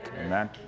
Amen